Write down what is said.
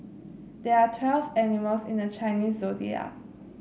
there are twelve animals in the Chinese Zodiac